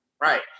right